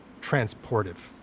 transportive